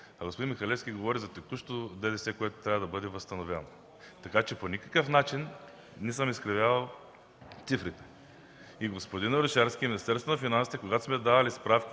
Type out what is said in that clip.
Господин Михалевски говори за текущо ДДС, което трябва да бъде възстановявано. Така че по никакъв начин не съм изкривявал цифрите. И, господин Орешарски, и Министерство на